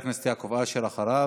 ואחריו,